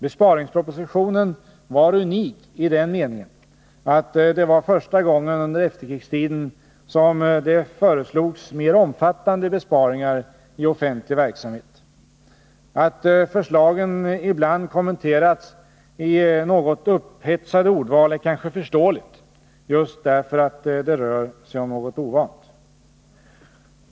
Besparingspropositionen var unik i den meningen att det var första gången under efterkrigstiden som det föreslogs mer omfattande besparingar i offentlig verksamhet. Att förslagen ibland kommenterats i något upphetsade ordval är kanske förståeligt just därför att det rör sig om något ovant.